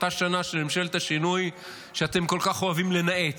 אותה שנה של ממשלת השינוי שאתם כל כך אוהבים לנאץ.